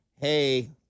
hey